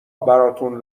براتون